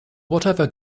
whatever